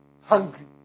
hungry